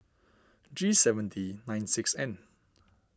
G seven D nine six N